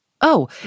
Oh